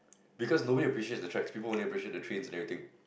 because Noel appreciates the tricks people and appreciates the trains and everything